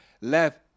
left